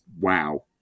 wow